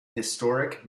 historic